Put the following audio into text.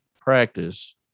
practice